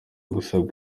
gusaba